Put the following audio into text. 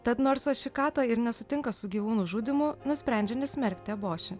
tad nors ašikata ir nesutinka su gyvūnų žudymu nusprendžia nesmerkti aboši